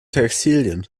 textilien